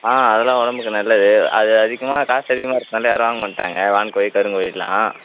ஆ அதெல்லாம் உடம்புக்கு நல்லது அது அதிகமாக காசு அதிகமாக இருக்கிறனால யாரும் வாங்க மாட்டாங்கள் வான்கோழி கருங்கோழி இதெலாம்